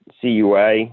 CUA